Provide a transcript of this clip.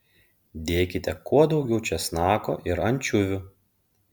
dėkite kuo daugiau česnako ir ančiuvių